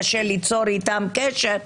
קשה ליצור איתם קשר,